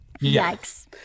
Yikes